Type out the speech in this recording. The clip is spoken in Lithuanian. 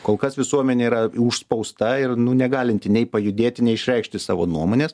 kol kas visuomenė yra užspausta ir nu negalinti nei pajudėti nei išreikšti savo nuomonės